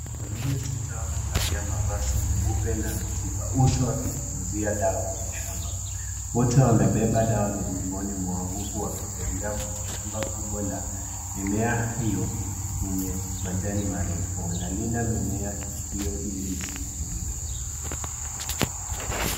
Wanaume sita wamevalia mavazi meupe na wameziba uso wakinyunyizia dawa kwenye shamba. Wote wamebeba dawa migongoni mwao huku wakitembea kwenye shamba kubwa la mimea hiyo yenye majani marefu, wanalinda mimea hiyo ili isiharibike.